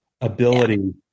ability